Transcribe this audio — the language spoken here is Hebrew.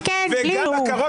כן, בלי אישור.